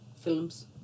films